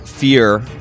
Fear